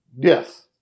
Yes